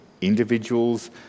individuals